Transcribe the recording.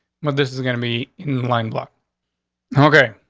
but this is gonna be in landlocked. okay,